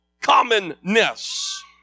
commonness